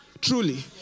Truly